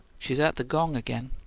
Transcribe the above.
she's at the gong again.